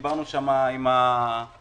דיברנו שם עם התושבים,